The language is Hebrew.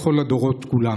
בכל הדורות כולם.